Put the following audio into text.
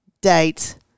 date